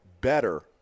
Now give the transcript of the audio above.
better